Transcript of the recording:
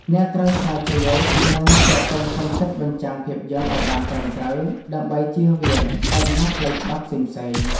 អ្នកត្រូវស្រាវជ្រាវ និងទាក់ទងសុំសិទ្ធិបញ្ចាំងភាពយន្តឱ្យបានត្រឹមត្រូវ ដើម្បីចៀសវាងបញ្ហាផ្លូវច្បាប់ផ្សេងៗ។